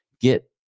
get